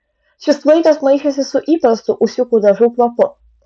šis tvaikas maišėsi su įprastu ūsiukų dažų kvapu